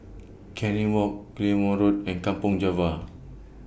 Canning Walk Claymore Road and Kampong Java